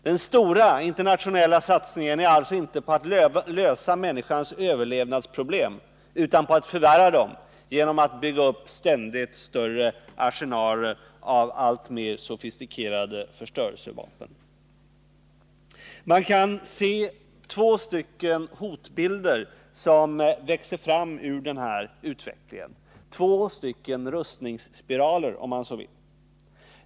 Den stora internationella satsningen sker alltså inte på att lösa människans överlevnadsproblem utan på att förvärra dem genom att bygga upp ständigt större arsenaler av alltmer sofistikerade förstörelsevapen. Man kan se två hotbilder som växer fram ur denna utveckling, två rustningsspiraler om man så vill.